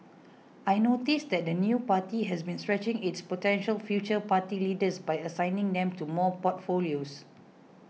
I noticed that the new party has been stretching its potential future party leaders by assigning them to more portfolios